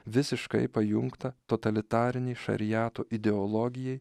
visiškai pajungta totalitarinei šariato ideologijai